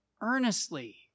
earnestly